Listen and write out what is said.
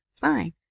fine